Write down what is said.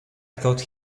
thought